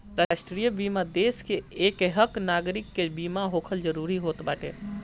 राष्ट्रीय बीमा देस के एकहक नागरीक के बीमा होखल जरूरी होत बाटे